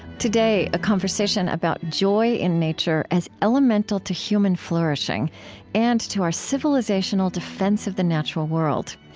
today, a conversation about joy in nature as elemental to human flourishing and to our civilizational defense of the natural world.